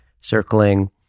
circling